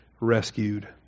rescued